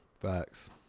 Facts